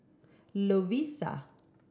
Lovisa